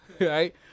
right